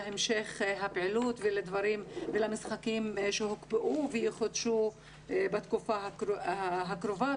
להמשך הפעילות ולמשחקים שהוקפאו ושיחודשו בתקופה הקרובה.